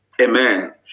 Amen